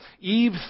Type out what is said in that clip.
Eve